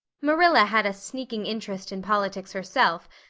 marilla had a sneaking interest in politics herself,